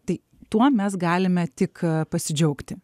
tai tuo mes galime tik pasidžiaugti